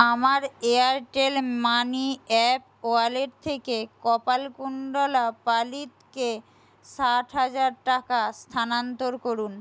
আমার Airtel money app wallet থেকে কপালকুণ্ডলা পালিতকে ষাট হাজার টাকা স্থানান্তর করুন